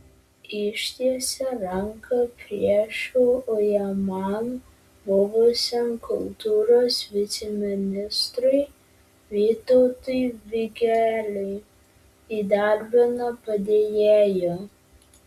ištiesė ranką priešų ujamam buvusiam kultūros viceministrui vytautui vigeliui įdarbino padėjėju